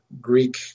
Greek